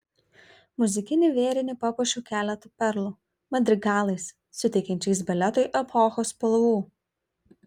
muzikinį vėrinį papuošiau keletu perlų madrigalais suteiksiančiais baletui epochos spalvų